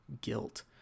guilt